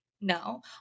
No